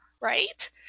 right